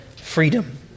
freedom